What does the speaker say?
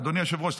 אדוני היושב-ראש,